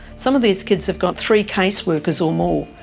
some of these kids have got three case workers or more.